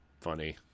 funny